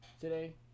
today